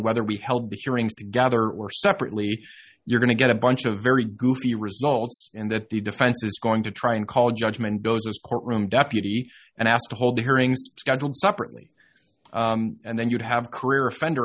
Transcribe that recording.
whether we held the hearings to gather or separately you're going to get a bunch of very goofy results in that the defense is going to try and call judgment bozos courtroom deputy and ask to hold hearings scheduled separately and then you'd have a career offender